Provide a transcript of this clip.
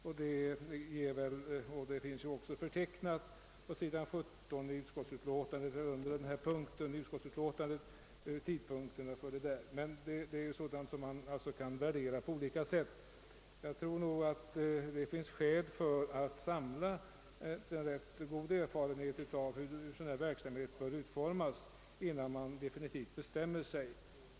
Tidpunkterna för beviljande av statsbidrag till de olika rådgivningsbyråerna finns angivna under punkt 22 i utskottsutlåtandet. Men detta är ju sådant som man kan värdera på olika sätt. Jag tror nog att det finns skäl att samla en rätt god erfarenhet av hur sådan här verksamhet bör utformas innan man definitivt bestämmer sig.